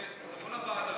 תבוא לוועדה.